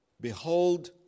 Behold